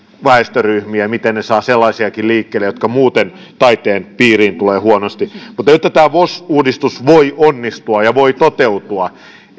väestöryhmiä miten ne saavat sellaisiakin liikkeelle jotka muuten taiteen piiriin tulevat huonosti mutta jotta tämä vos uudistus voi onnistua ja voi toteutua